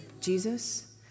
Jesus